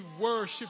worship